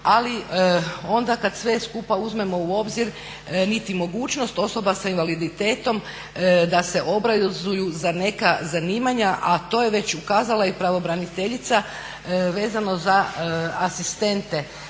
ali onda kad sve skupa uzmemo u obzir niti mogućnost osoba s invaliditetom da se obrazuju za neka zanimanja, a to je već ukazala i pravobraniteljica vezano za asistente,